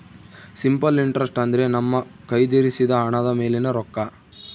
simple interest ಅಂದ್ರೆ ನಮ್ಮ ಕಯ್ದಿರಿಸಿದ ಹಣದ ಮೇಲಿನ ರೊಕ್ಕ